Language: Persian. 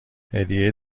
هدیه